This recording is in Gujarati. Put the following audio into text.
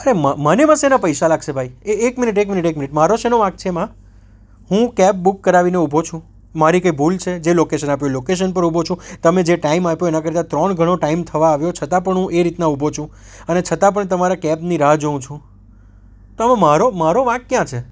અરે મને એમાં શેના પૈસા લાગશે ભાઈ એ એક મિનિટ એક મિનિટ એક મિનિટ મારો શેનો વાંક છે એમાં હું કેબ બુક કરાવીને ઊભો છું મારી કંઇ ભૂલ છે જે લોકેસન આપ્યું એ લોકેસન પર ઊભો છું તમે જે ટાઈમ આપ્યો એના કરતાં ત્રણ ગણો ટાઈમ થવા આવ્યો છતાં પણ હું એ રીતના ઊભો છું અને છતાં પણ તમારે કેબની રાહ જોઉં છું તો એમાં મારો મારો વાંક ક્યાં છે